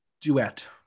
duet